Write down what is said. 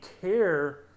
care